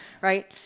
right